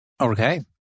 Okay